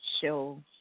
show